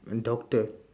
doctor